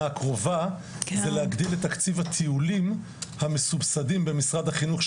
הקרובה הוא להגדיל את תקציב הטיולים המסובסדים במשרד החינוך,